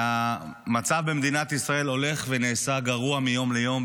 והמצב במדינת ישראל הולך ונעשה גרוע מיום ליום.